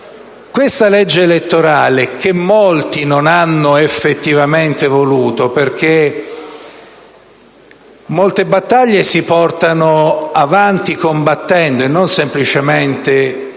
Questa legge elettorale molti dicono che non l'hanno effettivamente voluta, ma molte battaglie si portano avanti combattendo e non semplicemente